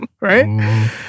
Right